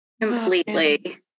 completely